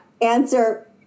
answer